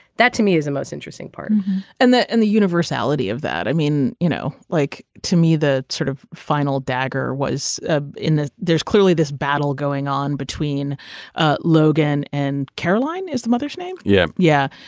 that to me is the most interesting part and the and the universality of that. i mean you know like to me the sort of final dagger was ah in the there's clearly this battle going on between ah logan and caroline is the mother's name. yeah yeah.